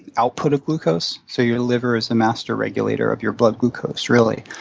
output of glucose. so your liver is a master regulator of your blood glucose really.